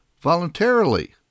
voluntarily